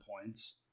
points